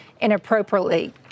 inappropriately